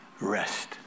rest